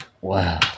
Wow